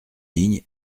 ligne